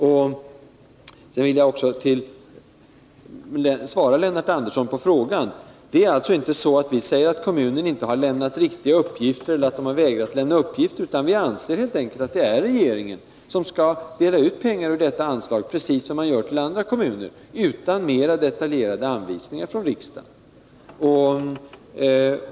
Sedan vill jag också svara på den fråga som Lennart Andersson ställde. Vi säger inte att kommunen inte har lämnat riktiga uppgifter eller vägrat lämna uppgifter, utan vi anser att det är regeringen som skall dela ut pengar ur detta anslag precis som den gör till andra kommuner — utan mer detaljerade anvisningar från riksdagen.